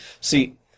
See